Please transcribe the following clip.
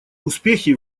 успехи